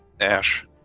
Ash